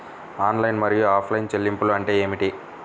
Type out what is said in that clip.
Online మరియు offline చెల్లింపులు అంటే ఏమిటి?